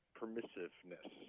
permissiveness